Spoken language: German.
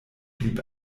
blieb